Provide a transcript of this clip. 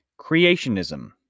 Creationism